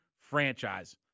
franchise